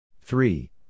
Three